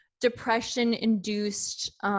depression-induced